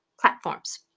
platforms